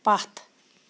پَتھ